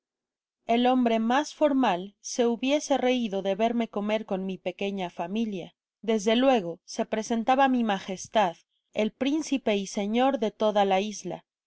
ei hombre mas formal se hubiese reido de verme comer con mi pequeña familia desde luego se presentaba mi magestad el principe y señor de toda la isla